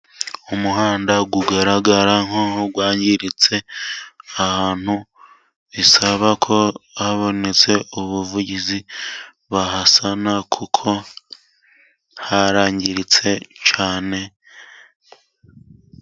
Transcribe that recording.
Umuhanda ugaragara nkaho wangiritse ahantu bisaba ko habonetse ubuvugizi bahasana, kuko harangiritse cyane.